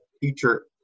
future